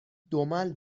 دمل